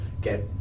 get